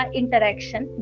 interaction